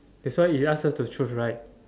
that's why he ask us to choose right